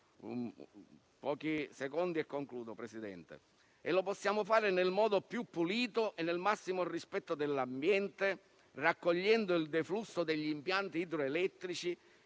i cui picchi vengono tagliati. E lo possiamo fare nel modo più pulito e nel massimo rispetto dell'ambiente, raccogliendo il deflusso degli impianti idroelettrici